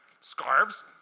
scarves